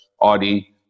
Audi